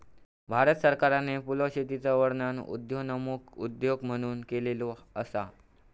भारत सरकारने फुलशेतीचा वर्णन उदयोन्मुख उद्योग म्हणून केलेलो असा